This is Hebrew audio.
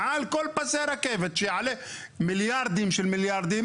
מעל כל פסי הרכבת שיעלה מיליארדים של מיליארדים